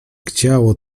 chciało